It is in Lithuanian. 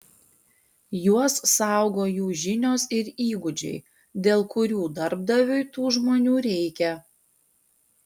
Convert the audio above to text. juos saugo jų žinios ir įgūdžiai dėl kurių darbdaviui tų žmonių reikia